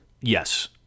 Yes